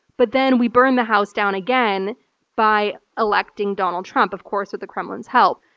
but then we burn the house down again by electing donald trump, of course with the kremlin's help.